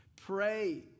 pray